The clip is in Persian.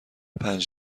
پنج